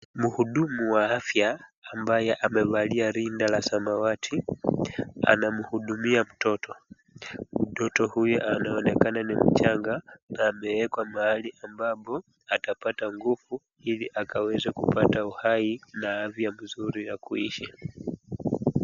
Mhudumu wa afya ambaye amevalia rinda la samawati, anamhudumia mtoto. Mtoto huyu anaonekana ni mchanga na amewekwa mahali ambapo atapata nguvu ili akaweze kupata uhai na afya nzuri ya kuishi.